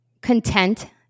content